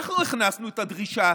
אנחנו הכנסנו את הדרישה